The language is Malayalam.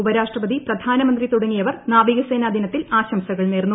ഉപരാഷ്ട്രപതി പ്രധ്യാനമ്പ്രി തുടങ്ങിയവർ നാവികസേനാ ദിനത്തിൽ ആശംസകൾ നേർന്നു